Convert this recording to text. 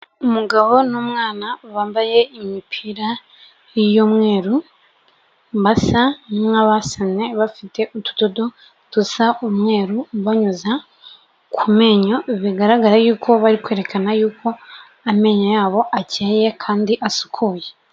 Umugabo n'umwana bambaye imipira y'umweru, basa nk'abasamye bafite utudodo dusa umweru banyuza ku menyo bigaragara yuko bari kwerekana yuko amenyo yabo akeye kandi asukuye.